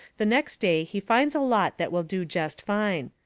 the next day he finds a lot that will do jest fine.